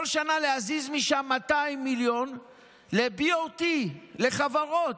ובכל שנה להזיז משם 200 מיליון ל-BOT, לחברות.